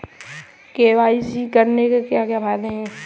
KYC करने के क्या क्या फायदे हैं?